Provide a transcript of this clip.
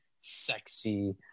sexy